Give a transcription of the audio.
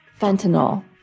fentanyl